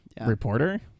reporter